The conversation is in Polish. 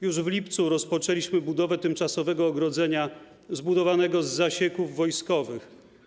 Już w lipcu rozpoczęliśmy budowę tymczasowego ogrodzenia zbudowanego z zasieków wojskowych.